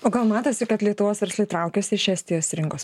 o gal matosi kad lietuvos verslai traukiasi iš estijos rinkos